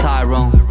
Tyrone